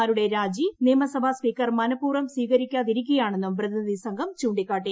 മാരുടെ രാജി നിയമസഭാ സ്പീക്കർ മനപൂർവ്വം സ്വീകരിക്കാതിരിക്കുകയാണെന്നും പ്രതിനിധി സംഘം ചൂണ്ടിക്കാട്ടി